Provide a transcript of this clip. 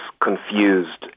confused